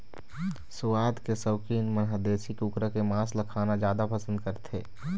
सुवाद के सउकीन मन ह देशी कुकरा के मांस ल खाना जादा पसंद करथे